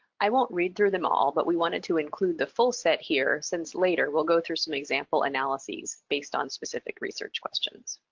i won't read through them all, but we wanted to include the full set here since later we'll go through some example analyses based on specific research questions.